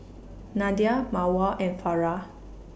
Nadia Mawar and Farah